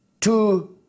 two